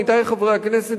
עמיתי חברי הכנסת,